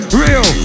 real